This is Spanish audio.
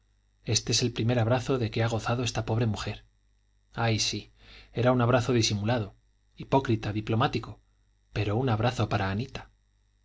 este es el primer abrazo de que ha gozado esta pobre mujer ay sí era un abrazo disimulado hipócrita diplomático pero un abrazo para anita